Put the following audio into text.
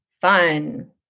fun